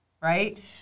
right